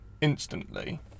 instantly